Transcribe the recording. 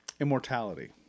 immortality